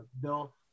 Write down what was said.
Bill